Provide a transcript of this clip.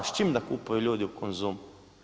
A s čim da kupuju ljudi u Konzumu?